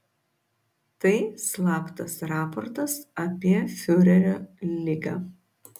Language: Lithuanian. tai slaptas raportas apie fiurerio ligą